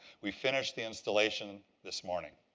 we finished the installation this morning.